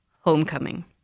Homecoming